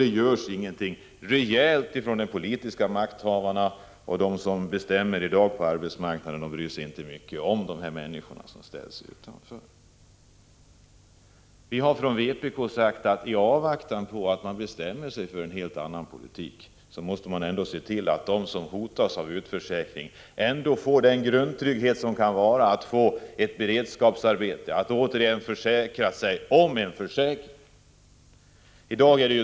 Det görs ingenting rejält från de politiska makthavarna, och de som bestämmer i dag på arbetsmarknaden bryr sig inte särskilt mycket om de människor som ställs utanför. Vi har från vpk sagt att i avvaktan på att man bestämmer sig för en helt annan politik måste man ändå se till att de som hotas av utförsäkring får den grundtrygghet som det kan innebära att få ett beredskapsarbete, att återigen försäkra sig om en försäkring.